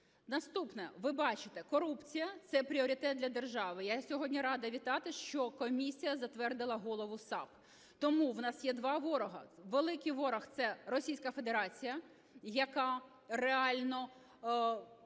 Наступне. Ви бачите, корупція – це пріоритет для держави. Я сьогодні рада вітати, що комісія затвердила голову САП. Тому в нас є два вороги. Великий ворог – це Російська Федерація, яка реально